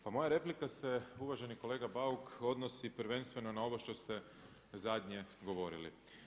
Pa moja replika se uvaženi kolega Bauk odnosi prvenstveno na ovo što ste zadnje govorili.